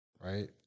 right